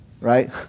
right